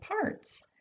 parts